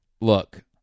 look